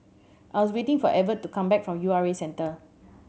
I am waiting for Evert to come back from U R A Centre